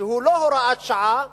שהוא לא הוראת שעה,